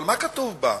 אבל מה כתוב בה,